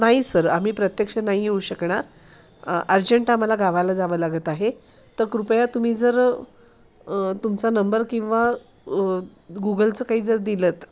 नाही सर आम्ही प्रत्यक्ष नाही येऊ शकणार अर्जंट आम्हाला गावाला जावं लागत आहे तर कृपया तुम्ही जर तुमचा नंबर किंवा गुगलचं काही जर दिलंत